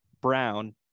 Brown